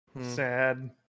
sad